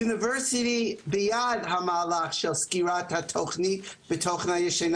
האוניברסיטה בעד המהלך של סגירת התוכנית הישנה